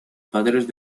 padres